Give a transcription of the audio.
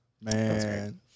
Man